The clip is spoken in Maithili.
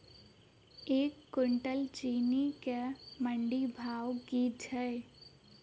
एक कुनटल चीनी केँ मंडी भाउ की छै?